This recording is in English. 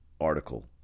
article